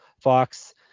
Fox